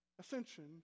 ascension